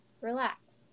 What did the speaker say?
relax